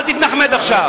אל "תתנחמד" עכשיו.